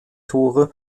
tore